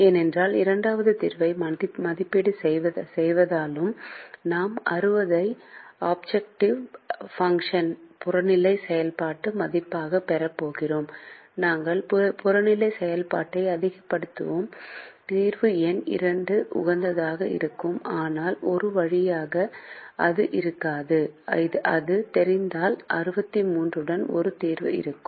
ஏனென்றால் இரண்டாவது தீர்வை மதிப்பீடு செய்தாலும் நாம் 60 ஐ ஆப்ஜெக்ட்டிவ் பாங்ஷ்ன்புறநிலை செயல்பாட்டு மதிப்பாகப் பெறப்போகிறோம் நாங்கள் புறநிலை செயல்பாட்டை அதிகப்படுத்துகிறோம் தீர்வு எண் 2 உகந்ததாக இருக்கும் ஆனால் ஒரு வழியாக இது இருக்காது அது தெரிந்தால் 63 உடன் ஒரு தீர்வு இருக்கும்